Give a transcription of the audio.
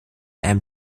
einem